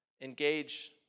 engage